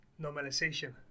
normalization